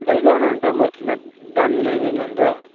लैजाऊ न अन्त म तिमीलाई दाम मिलाइदिन्छु नि अन्त